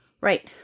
Right